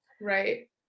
Right